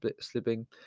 slipping